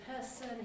person